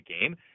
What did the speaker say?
game